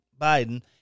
Biden